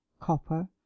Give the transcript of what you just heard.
copper